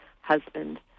husband